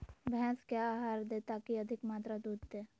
भैंस क्या आहार दे ताकि अधिक मात्रा दूध दे?